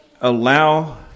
allow